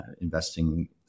investing